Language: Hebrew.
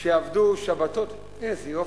רבותי,